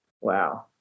Wow